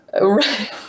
right